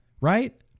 right